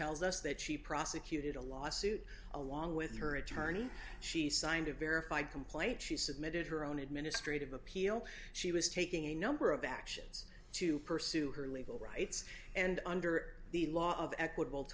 tells us that she prosecuted a lawsuit along with her attorney she signed a verified complaint she submitted her own administrative appeal she was taking a number of actions to pursue her legal rights and under the law of equitable